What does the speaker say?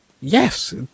yes